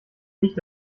nicht